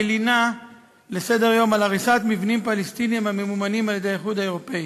מלינה על הריסת מבנים פלסטיניים הממומנים על-ידי האיחוד האירופי.